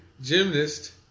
gymnast